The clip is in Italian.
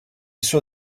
suo